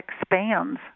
expands